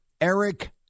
Eric